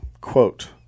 Quote